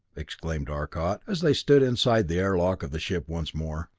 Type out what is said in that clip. exclaimed arcot, as they stood inside the airlock of the ship once more.